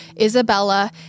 Isabella